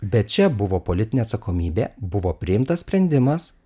be čia buvo politinė atsakomybė buvo priimtas sprendimas